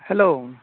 hello